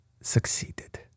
succeeded